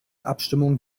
abstimmung